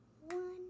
one